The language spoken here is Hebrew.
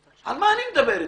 על מה אני מדבר איתכם?